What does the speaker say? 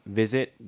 visit